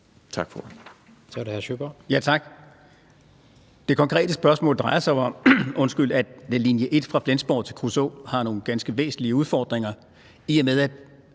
Sjøberg. Kl. 16:15 Nils Sjøberg (RV): Tak. Det konkrete spørgsmål drejer sig jo om, at Linie 1 fra Flensborg til Kruså har nogle ganske væsentlige udfordringer, i og med at